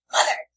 Mother